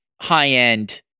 high-end